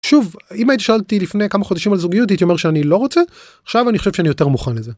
שוב אם היית שאלתי לפני כמה חודשים על זוגיות הייתי אומר שאני לא רוצה עכשיו אני חושב שאני יותר מוכן לזה.